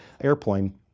airplane